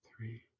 three